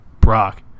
brock